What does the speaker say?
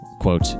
quote